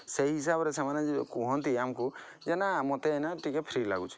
ସେହି ହିସାବରେ ସେମାନେ ଯେଉଁ କୁହନ୍ତି ଆମକୁ ଯେ ନା ମୋତେ ଏଇନେ ଟିକିଏ ଫ୍ରି ଲାଗୁଛି